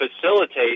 facilitate